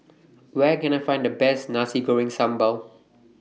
Where Can I Find The Best Nasi Goreng Sambal